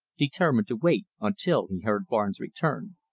determined to wait until he heard barnes return.